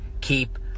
Keep